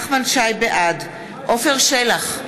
בעד עפר שלח,